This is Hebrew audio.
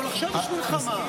אבל עכשיו יש מלחמה.